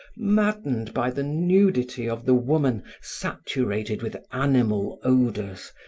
maddened by the nudity of the woman saturated with animal odors,